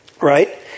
right